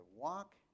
walk